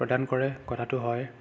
প্ৰদান কৰে কথাটো হয়